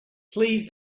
please